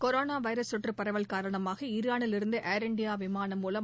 corona virus தொற்று பரவல் காரணமாக ஈரானிலிருந்து ஏர் இண்டியா விமானம் மூலம்